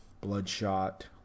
Bloodshot